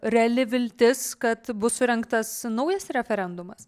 reali viltis kad bus surengtas naujas referendumas